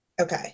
Okay